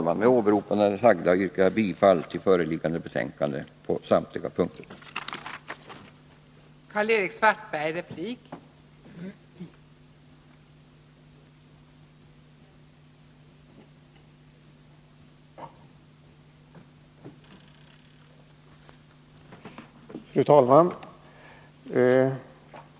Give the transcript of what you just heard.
Med åberopande av det sagda yrkar jag bifall till utskottets hemställan på samtliga punkter i föreliggande betänkanden från försvarsutskottet.